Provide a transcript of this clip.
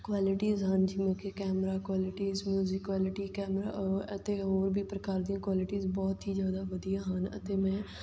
qualities ਹਨ ਜਿਵੇਂ ਕਿ camera qualities music quality camera ਅਤੇ ਹੋਰ ਵੀ ਪ੍ਰਕਾਰ ਦੀਆਂ ਕੁਆਲਿਟੀਜ਼ ਬਹੁਤ ਹੀ ਜ਼ਿਆਦਾ ਵਧੀਆ ਹਨ ਅਤੇ ਮੈਂ